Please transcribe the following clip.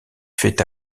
fait